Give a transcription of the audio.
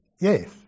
Yes